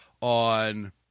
on